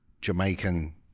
Jamaican